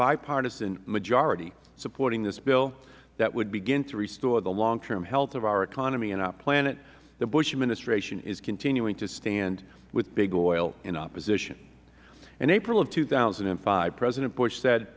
bipartisan majority supporting this bill that would begin to restore the long term health of our economy and our planet the bush administration is continuing to stand with big oil in opposition in april of two thousand and five president bush said